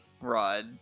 rod